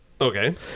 Okay